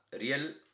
Real